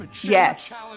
yes